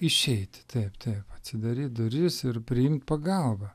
išeiti taip taip atsidaryt duris ir priimt pagalbą